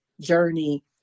journey